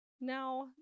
Now